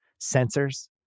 sensors